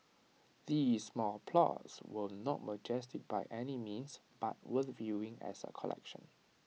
the small plots were not majestic by any means but worth viewing as A collection